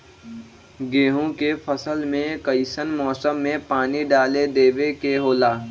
गेहूं के फसल में कइसन मौसम में पानी डालें देबे के होला?